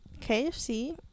KFC